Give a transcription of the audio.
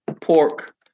pork